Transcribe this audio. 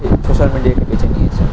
এই সোশ্যাল মিডিয়াকে বেছে নিয়েছে